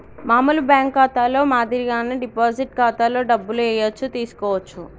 మామూలు బ్యేంకు ఖాతాలో మాదిరిగానే డిపాజిట్ ఖాతాలో డబ్బులు ఏయచ్చు తీసుకోవచ్చు